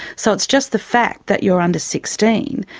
so it's just the fact that you're under sixteen,